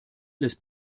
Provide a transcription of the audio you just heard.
laisse